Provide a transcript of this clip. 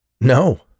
No